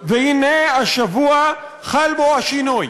והנה, השבוע חל בו השינוי,